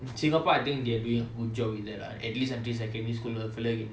in singapore I think they're doing a good job in that lah at least until secondary school the fellow can